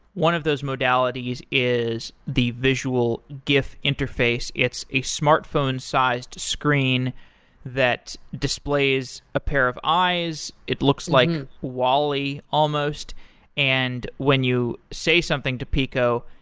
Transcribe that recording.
one of those modalities is the visual gif interface. it's a smartphone-sized screen that displays a pair of eyes. it looks like wall-e almost and when you say something to peeqo,